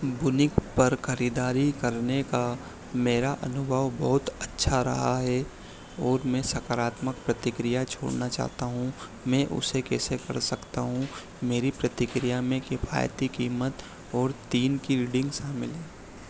वूनिक पर खरीदारी करने का मेरा अनुभव बहुत अच्छा रहा है और मैं सकारात्मक प्रतिक्रिया छोड़ना चाहता हूँ मैं उसे कैसे कर सकता हूँ मेरी प्रतिक्रिया में किफ़ायती कीमत और तीन की रेटिन्ग शामिल है